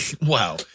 Wow